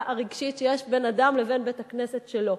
הרגשית שיש בין אדם לבין בית-הכנסת שלו.